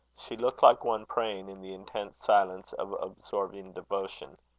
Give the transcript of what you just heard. she looked like one praying in the intense silence of absorbing devotion.